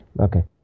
Okay